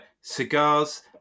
cigars